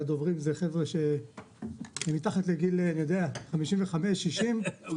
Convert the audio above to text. שהדוברים הם חבר'ה שהם מתחת לגיל 55 60. אני